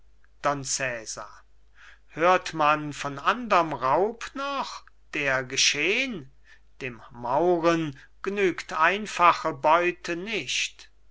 hört man von anderm raub noch der geschehn dem mauren gnügt einfache beute nicht